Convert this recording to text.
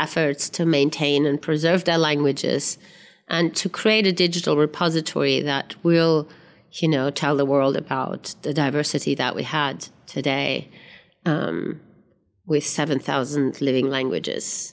efforts to maintain and preserve their languages and to create a digital repository that will you know tell the world about the diversity that we had today um with seven zero living languages